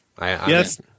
Yes